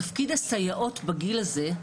תפקיד הסייעות בגיל הזה,